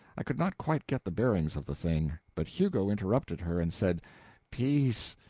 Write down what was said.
i could not quite get the bearings of the thing. but hugo interrupted her and said peace!